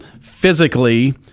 physically